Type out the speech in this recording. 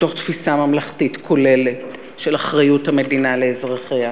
מתוך תפיסה ממלכתית כוללת של אחריות המדינה לאזרחיה,